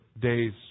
day's